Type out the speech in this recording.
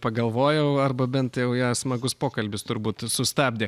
pagalvojau arba bent jau ją smagus pokalbis turbūt sustabdė